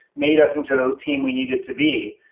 made us into the team we needed to be.